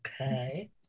Okay